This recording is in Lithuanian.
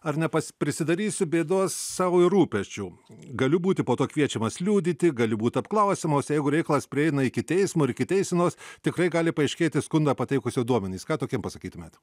ar ne pas prisidarysiu bėdos sau ir rūpesčių galiu būti po to kviečiamas liudyti gali būti apklausiamos jeigu reikalas prieina iki teismo ir iki teisenos tikrai gali paaiškėti skundą pateikusio duomenys ką tokiem pasakytumėt